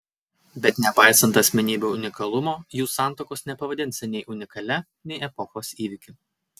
bet nepaisant asmenybių unikalumo jų santuokos nepavadinsi nei unikalia nei epochos įvykiu